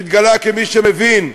שהתגלה כמי שמבין,